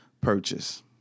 purchase